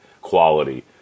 quality